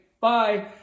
Bye